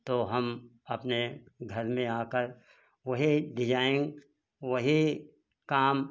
तो हम अपने घर में आकर वही डिजाइन वही काम